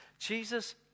Jesus